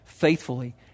faithfully